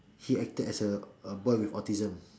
he acted as a boy with autism